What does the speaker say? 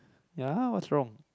ya what's wrong